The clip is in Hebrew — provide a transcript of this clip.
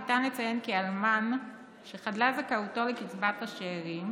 ניתן לציין כי אלמן שחדלה זכאותו לקצבת השאירים